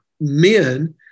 men